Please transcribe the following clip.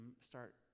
start